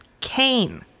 Cain